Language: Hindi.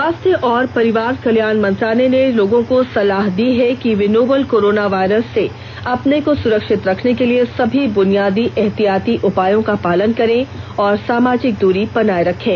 स्वास्थ्य और परिवार कल्याण मंत्रालय ने लोगों को सलाह दी है कि वे नोवल कोरोना वायरस से अपने को सुरक्षित रखने के लिए सभी बुनियादी एहतियाती उपायों का पालन करें और सामाजिक दूरी बनाए रखें